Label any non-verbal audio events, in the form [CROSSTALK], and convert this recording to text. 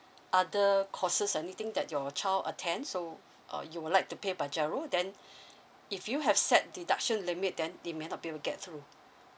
other courses anything that your child attend so uh you would like to pay by GIRO then [BREATH] if you have set deduction limit then they may not be able to get through